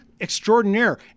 extraordinaire